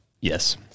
Yes